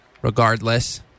regardless